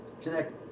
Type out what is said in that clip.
connect